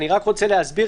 אני רק רוצה להסביר,